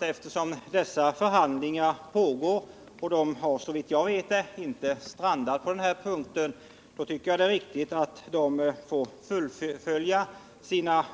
Eftersom dessa förhandlingar, såvitt jag vet, inte har strandat tycker jag att det är angeläget att de får fullföljas. Vi bör